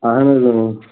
اَہن حض